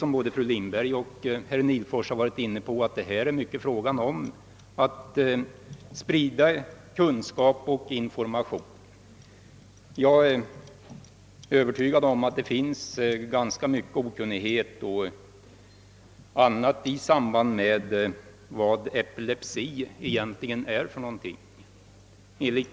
Som både fru Lindberg och herr Nihlfors framhållit är det viktigt att kunskap och information lämnas. Jag är övertygad om att det råder ganska mycken okunnighet om vad epilepsi egentligen är.